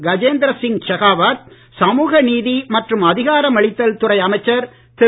கஜேந்திர சிங் ஷெகாவத் சமூக நீதி மற்றும் அதிகாரமளித்தல் துறை அமைச்சர் திரு